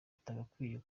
batagakwiye